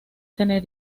tener